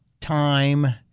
time